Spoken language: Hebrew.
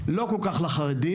לא כל כך לחרדים.